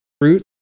fruit